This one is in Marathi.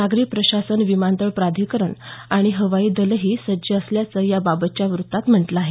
नागरी प्रशासन विमानतळ प्राधिकरण आणि हवाई दलही सज्ज असल्याचं याबाबतच्या वृत्तात म्हटलं आहे